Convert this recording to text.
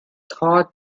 thought